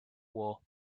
war